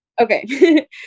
Okay